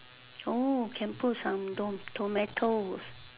oh can put some some tomatoes